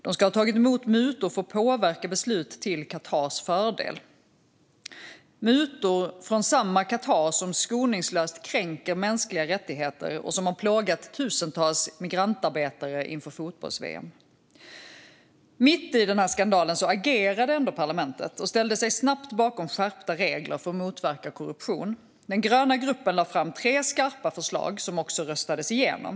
De ska ha tagit emot mutor för att påverka beslut till Qatars fördel - mutor från samma Qatar som skoningslöst kränker mänskliga rättigheter och som plågade tusentals migrantarbetare inför fotbolls-VM. Mitt i denna skandal agerade parlamentet och ställde sig snabbt bakom skärpta regler för att motverka korruption. Den gröna gruppen lade fram tre skarpa förslag som också röstades igenom.